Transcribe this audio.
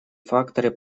факторы